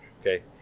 Okay